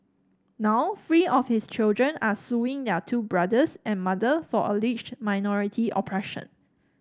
now three of his children are suing their two brothers and mother for alleged minority oppression